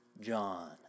John